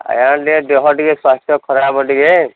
ଆଜ୍ଞା ଟିକେ ଦେହ ଟିକେ ସ୍ୱାସ୍ଥ୍ୟ ଖରାପ ଟିକେ